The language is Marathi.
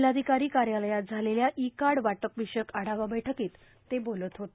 जिल्हाधिकारी कार्यालयात झालेल्या ई कार्ड वाटप विषयक ढावा बैठकीत ते बोलत होते